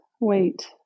wait